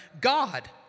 God